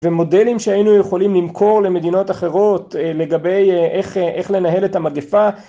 ומודלים שהיינו יכולים למכור למדינות אחרות לגבי איך לנהל את המגפה